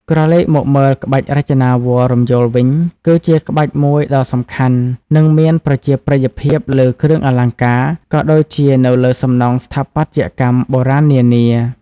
ក្រឡេកមកមើលក្បាច់រចនាវល្លិ៍រំយោលវិញ គឺជាក្បាច់មួយដ៏សំខាន់ និងមានប្រជាប្រិយភាពលើគ្រឿងអលង្ការ ក៏ដូចជានៅលើសំណង់ស្ថាបត្យកម្មបុរាណនានា។